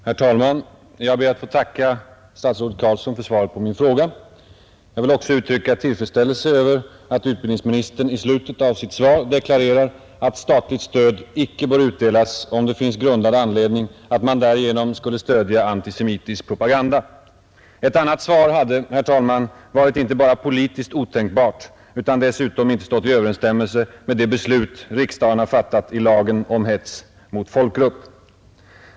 Herr talman! Jag ber att få tacka statsrådet Carlsson för svaret på min fråga. Jag vill också uttrycka tillfredsställelse över att utbildningsministern i slutet av sitt svar deklarerar att statligt stöd icke bör utdelas om det finns grundad anledning tro att man därigenom skulle stödja antisemitisk propaganda. Ett annat svar hade — herr talman — varit inte bara politiskt otänkbart utan dessutom inte stått i överensstämmelse med de beslut riksdagen har fattat i lagen om hets mot folkgrupp.